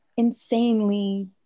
Insanely